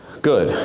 good,